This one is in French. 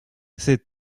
ces